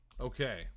Okay